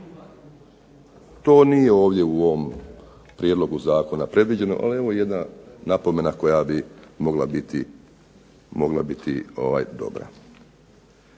To nije ovdje u ovom prijedlogu zakona predviđeno, ali evo jedna napomena koja bi mogla biti dobra.